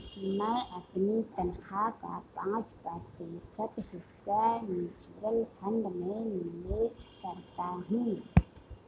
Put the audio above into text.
मैं अपनी तनख्वाह का पाँच प्रतिशत हिस्सा म्यूचुअल फंड में निवेश करता हूँ